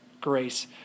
grace